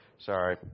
Sorry